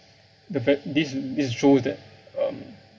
the fact this is shows that um